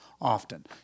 often